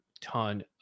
ton